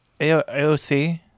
AOC